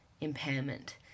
impairment